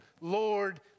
Lord